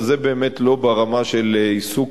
אבל זה באמת לא ברמה של עיסוק